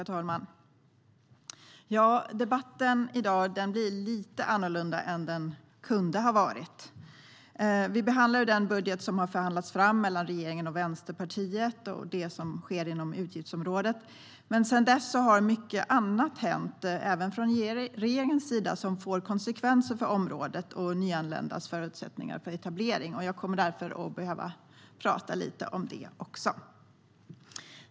Herr talman! Debatten i dag blir lite annorlunda än den kunde ha varit. Vi behandlar den budget som förhandlats fram mellan regeringen och Vänsterpartiet, det som gäller utgiftsområdet. Men sedan dess har mycket annat hänt, även från regeringens sida, som får konsekvenser för området och nyanländas förutsättningar för etablering. Jag kommer därför att behöva tala lite om det också.